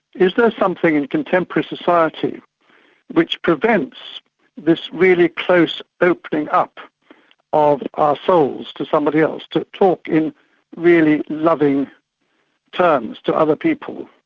is that there's something in contemporary society which prevents this really close opening up of our souls to somebody else, to talk in really loving terms to other people,